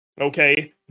Okay